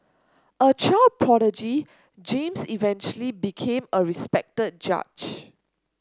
a child prodigy James eventually became a respected judge